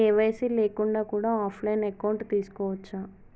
KYC లేకుండా కూడా offline account తీసుకోవచ్చా?